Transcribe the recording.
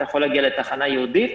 אתה יכול להגיע לתחנה ייעודית.